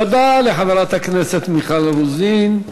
תודה לחברת הכנסת מיכל רוזין.